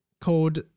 called